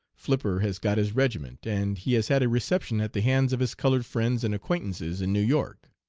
flipper has got his regiment and he has had a reception at the hands of his colored friends and acquaintances in new york.